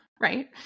Right